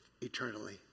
eternally